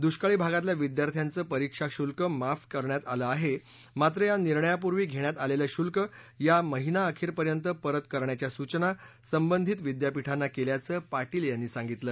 दुष्काळी भागातल्या विद्यार्थ्यांचे परीक्षा शुल्क माफ करण्यात आलं आहे मात्र या निर्णयापूर्वी घेण्यात आलेलं शुल्क या महिनाअखेरपर्यंत परत करण्याच्या सूचना संबंधित विद्यापीठांना केल्याचं पाटील यांनी सांगितलं